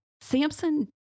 samson